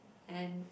and